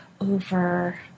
over